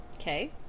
Okay